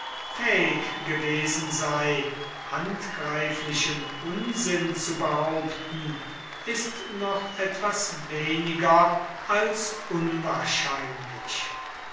fällig gewesen sei handgreiflichen unsinn zu behaupten ist noch etwas weniger als unwahrscheinlich